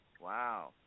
Wow